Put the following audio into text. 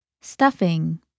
Stuffing